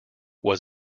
was